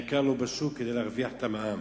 העיקר לא בשוק, כדי להרוויח את המע"מ.